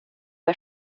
die